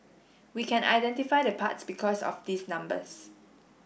we can identify the parts because of these numbers